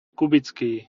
kubický